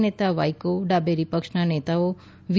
નેતા વાઇકો ડાબેરી પક્ષના નેતાઓ વી